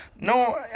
No